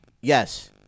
Yes